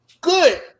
good